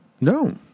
No